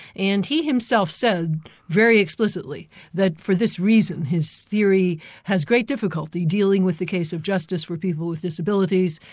and he himself said very explicitly that for this reason his theory has great difficulty dealing with the case of justice for people with disabilities,